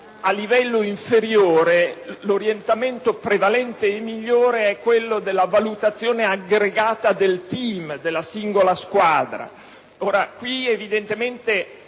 a livello inferiore l'orientamento prevalente e migliore è quello della valutazione aggregata del *team*, della singola squadra.